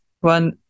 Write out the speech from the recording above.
one